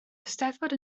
eisteddfod